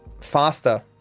faster